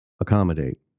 accommodate